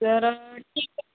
जर ठीक आहे